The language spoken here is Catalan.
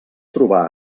trobar